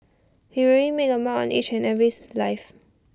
he really made A mark on each and life